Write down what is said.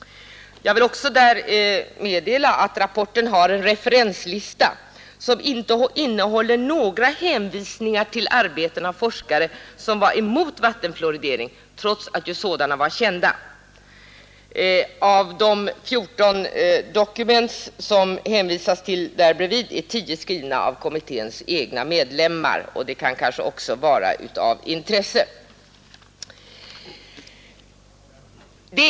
Rapporten har en referenslista som inte innehåller några hänvisningar till arbeten av forskare som var emot vattenfluoridering trots att sådana var kända. Av de 14 ”documents” som det hänvisas till är tio skrivna av kommitténs egna medlemmar — det kan kanske vara av intresse att veta.